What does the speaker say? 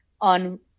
on